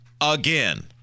again